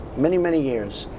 many, many years,